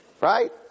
right